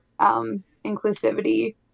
inclusivity